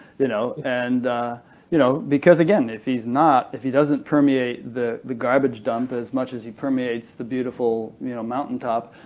you know and you know because again, if he's not, if he doesn't permeate the the garbage dump as much as he permeates the beautiful you know mountaintop,